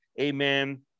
amen